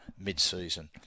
mid-season